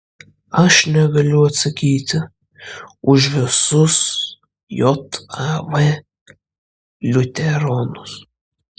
aš negaliu atsakyti už visus jav liuteronus